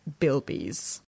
bilbies